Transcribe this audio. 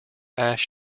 ash